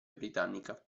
britannica